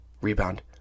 rebound